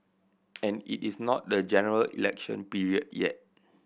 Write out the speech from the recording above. and it is not the General Election period yet